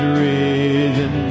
risen